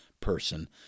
person